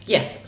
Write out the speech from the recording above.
Yes